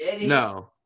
No